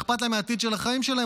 שאכפת להם מהעתיד של החיים שלהם,